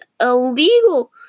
illegal